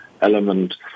element